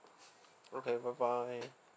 okay bye bye